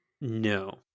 No